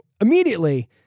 immediately